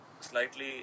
slightly